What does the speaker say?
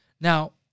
Now